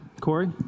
Corey